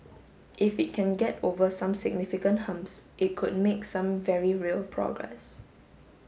if it can get over some significant humps it could make some very real progress